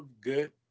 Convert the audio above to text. good